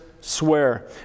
swear